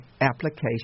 application